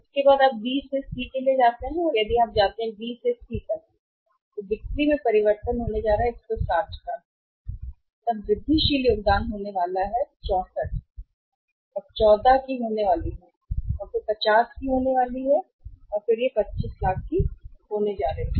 उसके बाद आप B से C के लिए जाते हैं यदि आप जाते हैं तो B से C तक B से C तक बिक्री में परिवर्तन 160 होने जा रहा है तब वृद्धिशील योगदान होने वाला है64 तो 14 की होने वाली है और फिर 50 की होने वाली है और यह 25 लाख रुपये की होने जा रही है